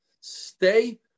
Stay